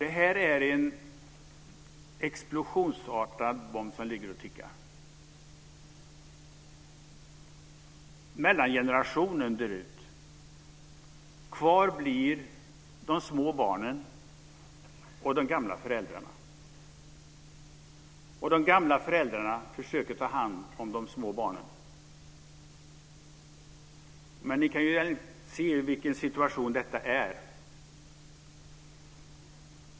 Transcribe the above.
Detta är en explosionsartad bomb som ligger och tickar. Mellangenerationen dör ut. Kvar blir de små barnen och de gamla.